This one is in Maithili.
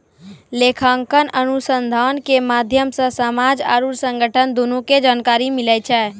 लेखांकन अनुसन्धान के माध्यम से समाज आरु संगठन दुनू के जानकारी मिलै छै